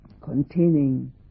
containing